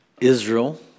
Israel